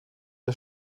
der